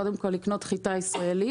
קודם כל, לקנות חיטה ישראלית.